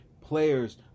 players